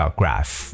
graph